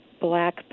black